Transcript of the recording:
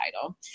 title